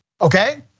okay